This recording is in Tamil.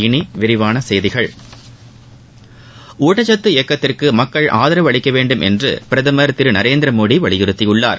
இனி விரிவான செய்திகள் ஊட்டச்சத்து இயக்கத்துக்கு மக்கள் ஆதரவளிக்கவேண்டும் என்று பிரதமர் திரு நரேந்திரமோடி வலியுறுத்தியுள்ளார்